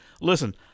Listen